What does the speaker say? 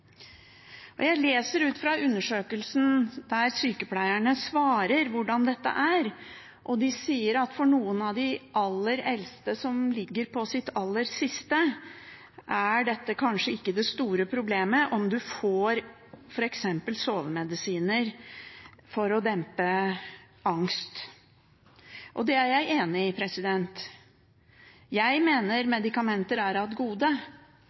Jeg leser ut fra undersøkelsen der sykepleierne svarer på hvordan dette er, at for noen av de aller eldste som ligger på sitt aller siste, er det kanskje ikke det store problemet om de får sovemedisiner for f.eks. å dempe angst. Det er jeg enig i. Jeg mener medikamenter er av det gode,